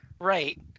Right